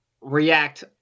react